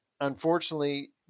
unfortunately